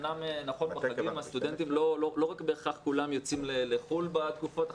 אמנם נכון בחגים הסטודנטים לא בהכרח יוצאים לחו"ל בתקופות האלה,